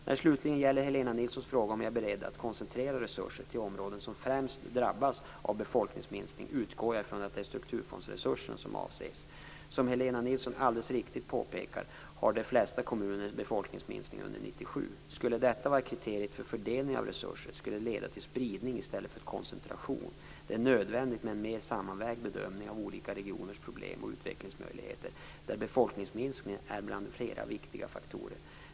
När det slutligen gäller Helena Nilssons fråga om jag är beredd att koncentrera resurser till områden som främst drabbats av befolkningsminskning utgår jag från att det är strukturfondsresurser som avses. Som Helena Nilsson alldeles riktigt påpekar hade de flesta kommuner befolkningsminskning under 1997. Skulle detta vara kriteriet för fördelning av resurser skulle det leda till spridning i stället för koncentration. Det är nödvändigt med en mer sammanvägd bedömning av olika regioners problem och utvecklingsmöjligheter, där befolkningsminskning är en bland flera viktiga faktorer.